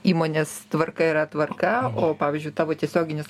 įmonės tvarka yra tvarka o pavyzdžiui tavo tiesioginis